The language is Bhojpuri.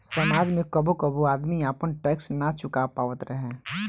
समाज में कबो कबो आदमी आपन टैक्स ना चूका पावत रहे